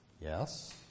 Yes